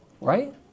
Right